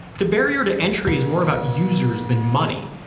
the barrier to entry is more about users than money.